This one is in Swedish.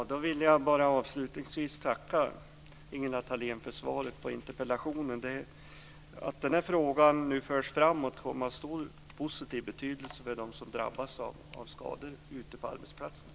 Fru talman! Jag vill avslutningsvis tacka Ingela Thalén för svaret på interpellationen. Att denna fråga nu förs framåt kommer att ha stor positiv betydelse för dem som drabbas av skador ute på arbetsplatserna.